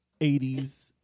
80s